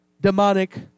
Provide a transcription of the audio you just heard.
demonic